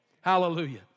Hallelujah